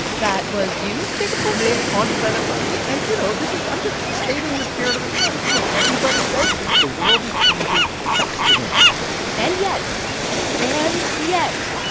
that was you, jacob me on planet money. and, you know, this is i'm just stating the spirit of the times. you know, everybody says this. the world is changing faster than ever and yet and yet,